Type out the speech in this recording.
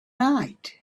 night